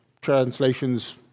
translations